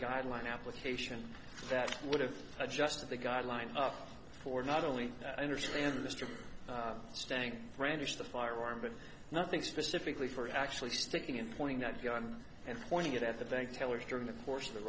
guide an application that would have adjusted the guidelines for not only that i understand mr stang brandish the firearm but nothing specifically for actually sticking in pointing that gun and pointing it at the bank teller during the course of the